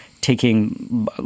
taking